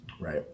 Right